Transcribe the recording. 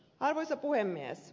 arvoisa puhemies